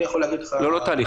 אני יכול להגיד לך --- לא תהליך,